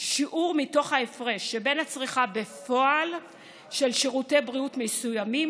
שיעור מתוך ההפרש שבין הצריכה בפועל של שירותי בריאות מסוימים